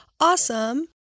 awesome